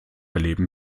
leben